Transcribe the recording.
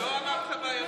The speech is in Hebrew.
לא אמרת בעייתי,